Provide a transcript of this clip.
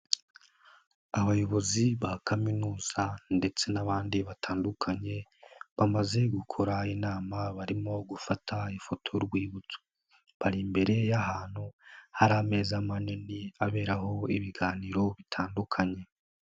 Abayobozi ba kaminuza ndetse n'abandi batandukanye bamaze gukora inama barimo gufata ifoto y'urwibutso, bari imbere y'ahantu hari ameza manini aberaho ibiganiro bitandukanye.